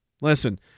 Listen